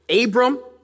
Abram